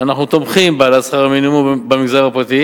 אנחנו תומכים בהעלאת שכר המינימום במגזר הפרטי